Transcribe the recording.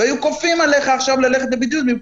והיו כופים עליך ללכת לבידוד מטעם המדינה,